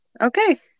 okay